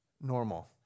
normal